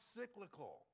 cyclical